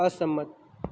અસંમત